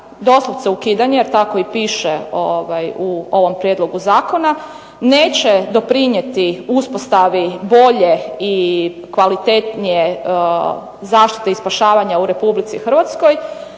doslovce ukidanje jer tako i piše u ovom prijedlogu zakona, neće doprinijeti uspostavi bolje i kvalitetnije zaštite i spašavanja u RH jer još